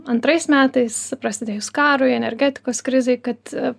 antrais metais prasidėjus karui energetikos krizei kad